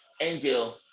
angel